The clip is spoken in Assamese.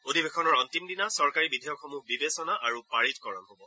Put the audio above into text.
অধিৱেশনৰ অন্তিম দিনা চৰকাৰী বিধেয়কসমূহ বিবেচনা আৰু পাৰিতকৰণ হ'ব